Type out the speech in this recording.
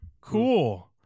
cool